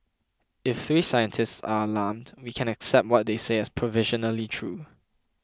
if three scientists are alarmed we can accept what they say as provisionally true